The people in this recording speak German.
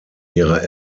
ihrer